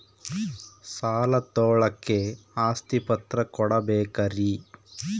ಸಾಲ ತೋಳಕ್ಕೆ ಆಸ್ತಿ ಪತ್ರ ಕೊಡಬೇಕರಿ?